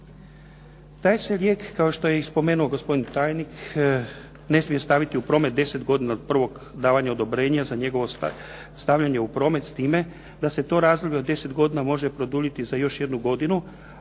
Taj se lijek kao što je spomenuo i gospodin tajnik ne smije staviti u promet deset godina od prvog davanja odobrenja za njegovo stavljanje u promet, s time da se to razdoblje od deset godina može produljiti za još jednu godinu